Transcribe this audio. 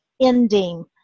ending